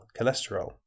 cholesterol